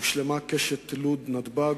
הושלמה קשת לוד נתב"ג,